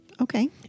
Okay